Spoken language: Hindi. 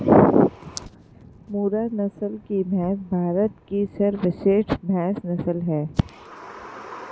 मुर्रा नस्ल की भैंस भारत की सर्वश्रेष्ठ भैंस नस्ल है